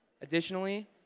Additionally